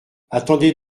attendez